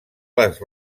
les